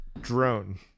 Drone